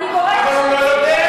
אני קוראת שרוצים אבל הוא לא יודע.